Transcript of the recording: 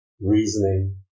reasoning